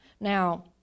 Now